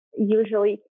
usually